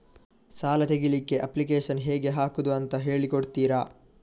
ಸಾಲ ತೆಗಿಲಿಕ್ಕೆ ಅಪ್ಲಿಕೇಶನ್ ಹೇಗೆ ಹಾಕುದು ಅಂತ ಹೇಳಿಕೊಡ್ತೀರಾ?